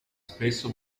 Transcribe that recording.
spesso